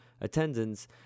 attendance